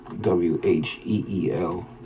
W-H-E-E-L